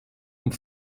und